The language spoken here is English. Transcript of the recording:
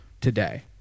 today